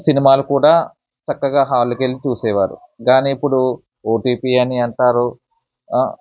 సినిమాలు కూడా చక్కగా హాలుకి వెళ్ళి చూసేవారు కానీ ఇప్పుడు ఓటీపీ అని అంటారు